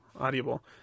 Audible